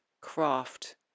craft